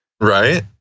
right